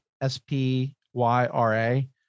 s-p-y-r-a